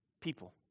people